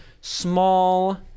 small